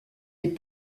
est